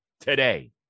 today